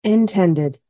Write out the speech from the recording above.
Intended